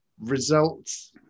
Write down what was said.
results